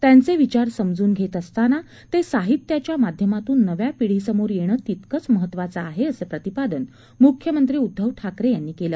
त्यांचे विचार समजून घेत असताना ते साहित्याच्या माध्यमातून नव्या पिढी समोर येणं तितकंच महत्वाचं आहे असं प्रतिपादन मुख्यमंत्री उद्धव ठाकरे यांनी केलं